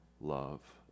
love